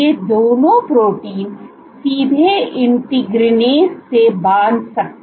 ये दोनों प्रोटीन सीधे इंटीग्रिग्रेन्स से बांध सकते हैं